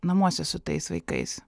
namuose su tais vaikais